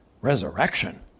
Resurrection